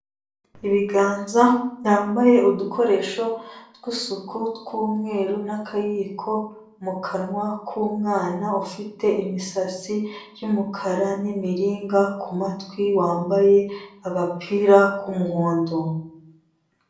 Ibiganza byambaye udukoresho tw'isuku tw'umweru n'akayiko mu kanwa k'umwana ufite imisatsi y'umukara n'imiringa ku matwi, wambaye agapira k'umuhondo.